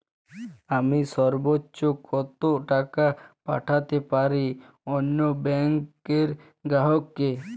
আমি সর্বোচ্চ কতো টাকা পাঠাতে পারি অন্য ব্যাংক র গ্রাহক কে?